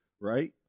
right